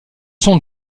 sont